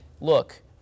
look